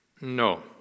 no